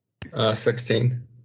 16